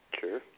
Sure